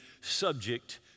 subject